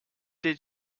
did